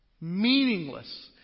Meaningless